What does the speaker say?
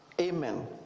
Amen